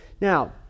Now